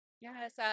Yes